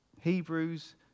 Hebrews